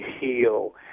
heal